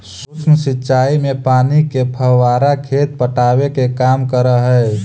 सूक्ष्म सिंचाई में पानी के फव्वारा खेत पटावे के काम करऽ हइ